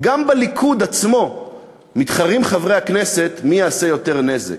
גם בליכוד עצמו מתחרים חברי הכנסת מי יעשה יותר נזק.